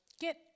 Get